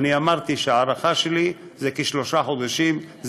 אמרתי שההערכה שלי היא של כשלושה חודשים,